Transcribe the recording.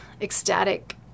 ecstatic